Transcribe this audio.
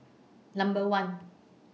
Number one